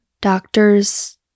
doctors